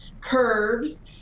curves